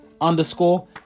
underscore